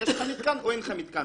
יש לך מתקן או אין לך מתקן?